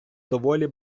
доволі